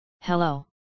Hello